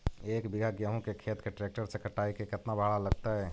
एक बिघा गेहूं के खेत के ट्रैक्टर से कटाई के केतना भाड़ा लगतै?